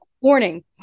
warning